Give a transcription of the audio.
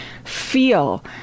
feel